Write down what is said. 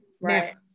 Right